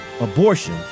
Abortion